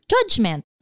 judgment